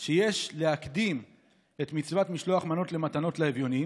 הרב פסק שיש להקדים את מצוות משלוח מנות למתנות לאביונים,